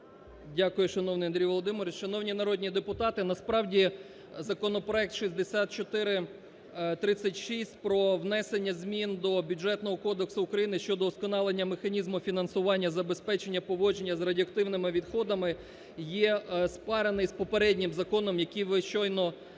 Дякую, шановний Андрію Володимировичу. Шановні народні депутати! Насправді законопроект 6436 про внесення змін до Бюджетного кодексу України щодо удосконалення механізму фінансування забезпечення поводження з радіоактивними відходами є спарений з попереднім законом, який ви щойно